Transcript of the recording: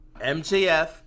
mjf